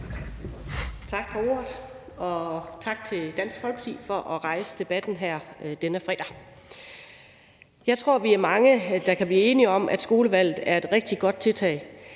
Tak for ordet, og tak til Dansk Folkeparti for at have rejst debatten her denne fredag. Jeg tror, vi er mange, der kan blive enige om, at skolevalget er et rigtig godt tiltag.